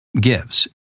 gives